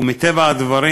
ומטבע הדברים,